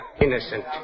Innocent